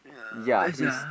ya he's